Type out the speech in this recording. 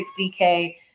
60K